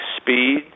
speed